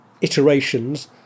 iterations